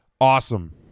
awesome